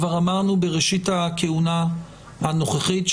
אמרנו מראשית הכהונה הנוכחית,